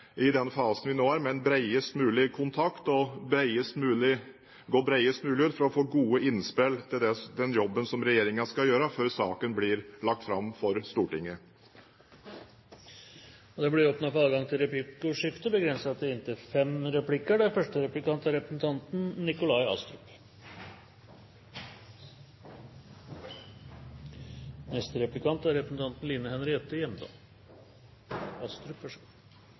i den fasen vi nå er i, med en bredest mulig kontakt og å gå bredest mulig ut for å få gode innspill til den jobben som regjeringen skal gjøre, før saken blir lagt fram for Stortinget. Det blir åpnet for replikkordskifte. Det er jo mye man kan ta tak i, bl.a. farskapet til